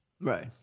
right